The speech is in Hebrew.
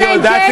אלא אם כן,